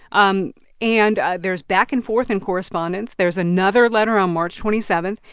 um and ah there's back-and-forth and correspondence. there's another letter on march twenty seven.